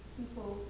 people